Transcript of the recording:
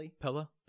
Pella